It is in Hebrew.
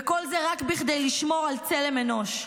וכל זה רק כדי לשמור על צלם אנוש.